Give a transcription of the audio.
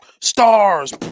Stars